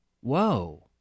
Whoa